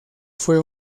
fue